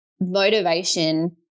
motivation